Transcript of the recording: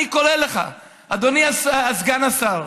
אני קורא לך, אדוני סגן שר,